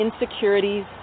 insecurities